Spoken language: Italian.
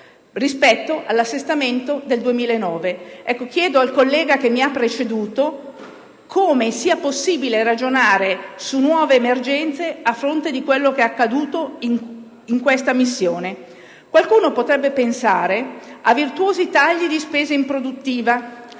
rispetto all'assestamento del 2009. Ecco, chiedo al collega che mi ha preceduto come sia possibile ragionare su nuove emergenze, a fronte di quello che è accaduto in questa missione. Qualcuno potrebbe pensare a virtuosi tagli di spesa improduttiva